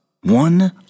One